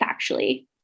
factually